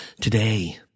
Today